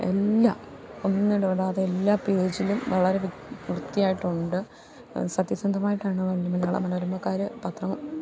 എല്ലാം ഒന്നിട വിടാതെ എല്ലാ പേജിലും വളരെ വൃത്തിയായിട്ടുണ്ട് സത്യസന്ധമായിട്ടാണ് അവര് മലയാള മനോരമക്കാര് പത്രം